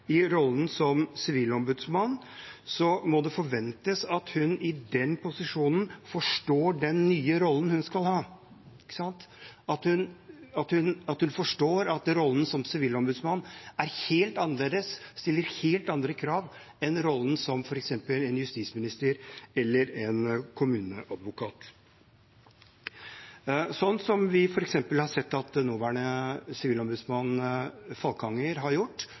i rollen som sivilombudsmann, må det forventes at hun i den posisjonen forstår den nye rollen hun skal ha, at hun forstår at rollen som sivilombudsmann er helt annerledes, stiller helt andre krav, enn rollen som f.eks. en justisminister eller en kommuneadvokat – slik vi f.eks. har sett at nåværende sivilombudsmann, Falkanger, har gjort,